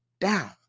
down